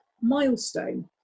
milestone